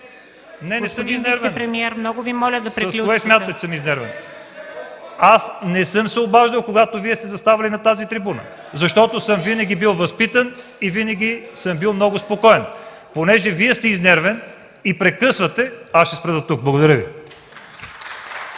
Не, не съм изнервен. С кое смятате, че съм изнервен? (Реплики от КБ.) Аз не съм се обаждал, когато Вие сте заставали на тази трибуна, защото съм бил винаги възпитан и винаги съм бил много спокоен. Понеже Вие сте изнервен и прекъсвате, аз ще спра дотук. Благодаря Ви.